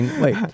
Wait